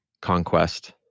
conquest